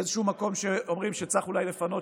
איזשהו מקום שצריך אולי לפנות,